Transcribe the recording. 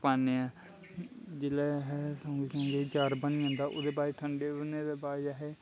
पान्ने आं जिसलै सोंगी चा'र बनी जंदा ओह्दे बाद ठंडे होने दे बाद